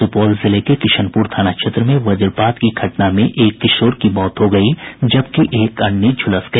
सुपौल जिले के किशनपुर थाना क्षेत्र में वजपात की घटना में एक किशोर की मौत हो गयी जबकि एक अन्य झुलस गया